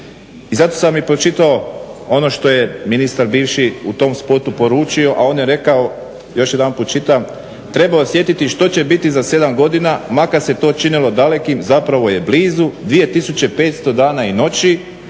I zato sam vam i pročitao ono što je ministar bivši u tom spotu poručio, a on je rekao još jedanput čitam: "Treba osjetiti što će biti za 7. godina makar se to činilo dalekim zapravo je blizu, 2500 dana i noći